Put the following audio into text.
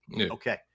okay